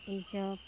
এইসব